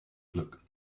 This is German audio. glück